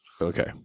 Okay